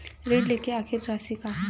ऋण लेके आखिरी राशि का हे?